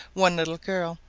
one little girl,